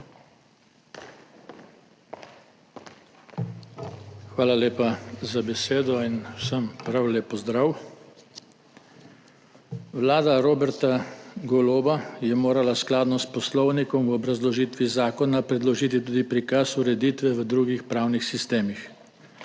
Hvala lepa za besedo. Vsem prav lep pozdrav! Vlada Roberta Goloba je morala skladno s Poslovnikom v obrazložitvi zakona predložiti tudi prikaz ureditve v drugih pravnih sistemih.